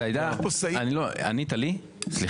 בכל